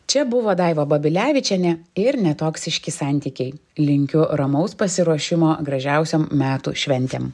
čia buvo daiva babilevičienė ir netoksiški santykiai linkiu ramaus pasiruošimo gražiausiom metų šventėm